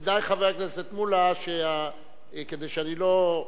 כדאי, חבר הכנסת מולה, כדי שאני לא,